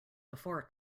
before